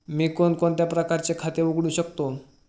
मी कोणकोणत्या प्रकारचे खाते उघडू शकतो?